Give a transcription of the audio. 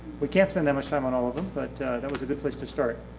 we can't spend that much time on all of them but that was a good place to start.